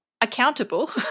accountable